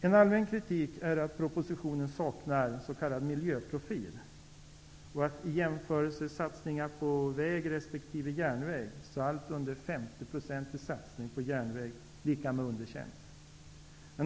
En allmän kritik är att propositionen saknar s.k. miljöprofil. Vid en jämförelse mellan satsningar på väg resp. järnväg kan sägas att allt under 50 % i satsning på järnväg är lika med underkänt.